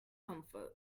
comfort